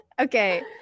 Okay